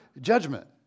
judgment